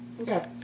Okay